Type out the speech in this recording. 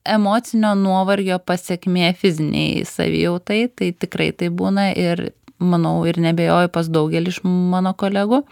emocinio nuovargio pasekmė fizinei savijautai tai tikrai taip būna ir manau ir neabejoju pas daugelį iš mano kolegų